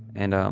and, um